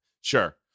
Sure